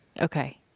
Okay